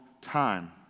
time